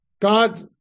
God